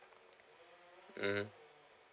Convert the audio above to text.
mm